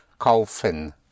kaufen